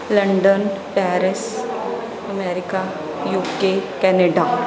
London Paris America UK Canada